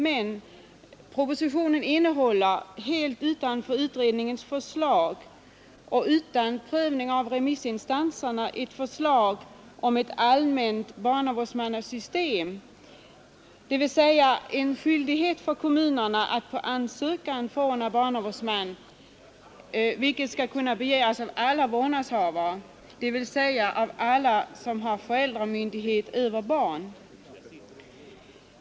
Men — propositionen innehåller helt utanför utredningens förslag och utan prövning av remissinstanserna ett förslag om ett allmänt barnavårdsmannasystem, dvs. en skyldighet för kommunerna att på ansökan förordna barnavårdsman, vilket skall kunna begäras av alla vårdnadshavare, dvs. av alla som har föräldramyndighet över barn.